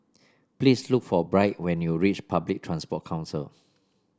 please look for Byrd when you reach Public Transport Council